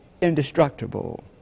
indestructible